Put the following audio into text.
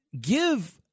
give –